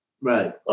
Right